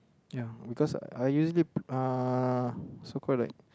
ya because I usually uh so called like